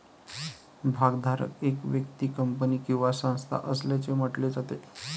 भागधारक एक व्यक्ती, कंपनी किंवा संस्था असल्याचे म्हटले जाते